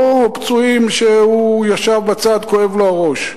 לא פצועים שהוא ישב בצד, כואב לו הראש,